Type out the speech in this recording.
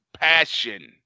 Passion